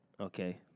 Okay